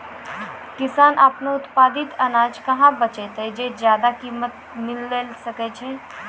किसान आपनो उत्पादित अनाज कहाँ बेचतै जे ज्यादा कीमत मिलैल सकै छै?